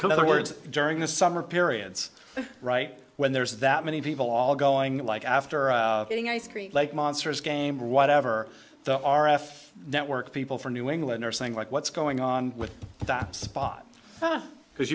and other words during the summer periods right when there's that many people all going like after eating ice cream like monsters game or whatever the r f network people from new england are saying like what's going on with that spot because